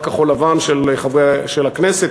שדולת כחול-לבן של הכנסת,